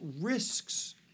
risks